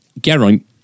Geraint